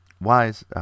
wise